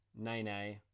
Nene